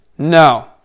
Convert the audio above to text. No